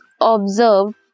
observe